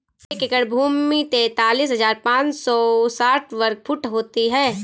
एक एकड़ भूमि तैंतालीस हज़ार पांच सौ साठ वर्ग फुट होती है